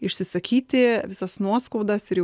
išsisakyti visas nuoskaudas ir